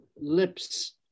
lips